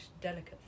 delicate